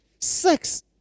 Sex